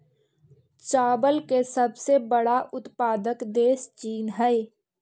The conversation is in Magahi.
चावल के सबसे बड़ा उत्पादक देश चीन हइ